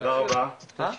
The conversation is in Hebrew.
תודה רבה.